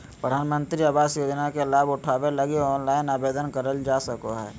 प्रधानमंत्री आवास योजना के लाभ उठावे लगी ऑनलाइन आवेदन करल जा सको हय